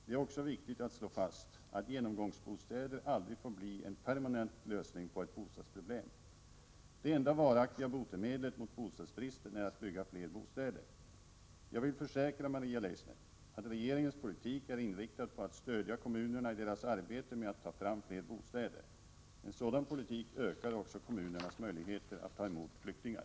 Det är också viktigt att slå fast att genomgångsbostäder aldrig får bli en permanent lösning på ett bostadsproblem. Det enda varaktiga botemedlet mot bostadsbristen är att bygga fler bostäder. Jag vill försäkra, Maria Leissner, att regeringens politik är inriktad på att stödja kommunerna i deras arbete med att ta fram fler bostäder. En sådan politik ökar också kommunernas möjligheter att ta emot flyktingar.